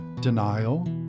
denial